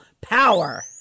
power